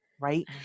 right